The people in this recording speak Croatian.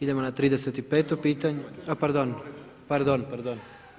Idemo na 35. pitanje, o pardon, pardon.